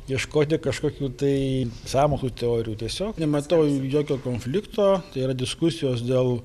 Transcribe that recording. ieškoti kažkokių tai sąmokslo teorijų tiesiog nematau jokio konflikto tai yra diskusijos dėl